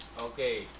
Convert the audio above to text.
Okay